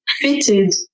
fitted